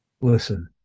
Listen